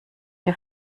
der